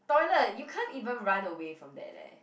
toilet you can't even run away from that leh